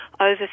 over